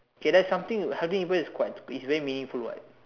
K that's is something with helping people is quite is very meaningful what